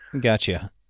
Gotcha